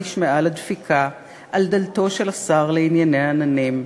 נשמעה לה דפיקה / על דלתו של השר לענייני עננים,